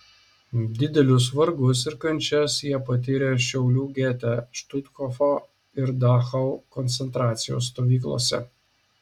didelius vargus ir kančias jie patyrė šiaulių gete štuthofo ir dachau koncentracijos stovyklose